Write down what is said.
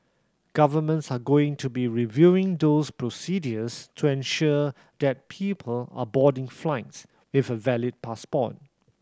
governments are going to be reviewing those procedures to ensure that people are boarding flights with a valid passport